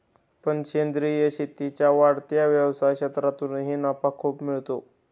पण सेंद्रीय शेतीच्या वाढत्या व्यवसाय क्षेत्रातूनही नफा खूप मिळतो